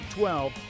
12